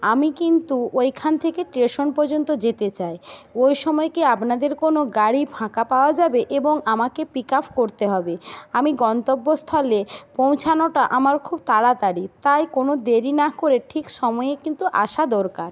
আমি কিন্তু ওইখান থেকে স্টেশন পর্যন্ত যেতে চাই ওই সময় কি আপনাদের কোনো গাড়ি ফাঁকা পাওয়া যাবে এবং আমাকে পিক আপ করতে হবে আমি গন্তব্যস্থলে পৌঁছানোটা আমার খুব তাড়াতাড়ি তাই কোনো দেরি না করে ঠিক সময়ে কিন্তু আসা দরকার